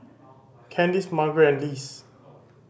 Kandice Margret and Lise